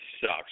sucks